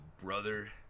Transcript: brother